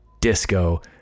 disco